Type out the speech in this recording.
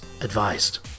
advised